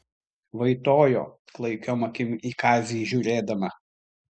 vaitojo klaikiom akim į kazį žiūrėdama